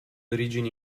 origini